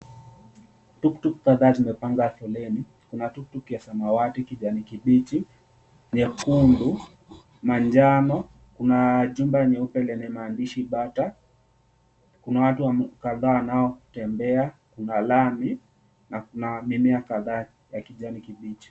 Tuktuk kadha zimepanga foleni, kuna tuktuk ya samawati, kijani kibichi , nyekundu, manjano kuna jumba nyeupe lenye maandishi bata, kuna watu kadhaa wanaotembea kuna lami na kuna mimea kadhaa ya kijani kibichi.